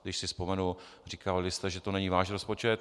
Když si vzpomenu, říkávali jste, že to není váš rozpočet.